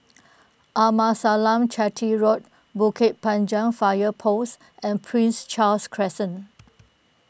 Arnasalam Chetty Road Bukit Panjang Fire Post and Prince Charles Crescent